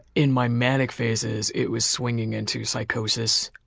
in my manic phases, it was swinging into psychosis.